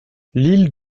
l’île